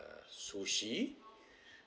sushi